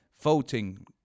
voting